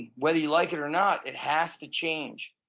whether you like it or not, it has to change.